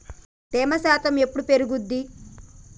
తేమ శాతం ఎప్పుడు పెరుగుద్ది?